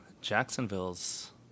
Jacksonville's